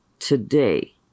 Today